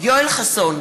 יואל חסון,